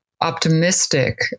optimistic